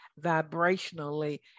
vibrationally